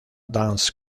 dance